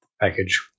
package